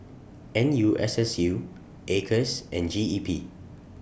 N U S S U Acres and G E P